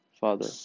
Father